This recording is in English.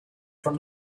from